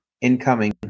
incoming